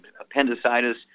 appendicitis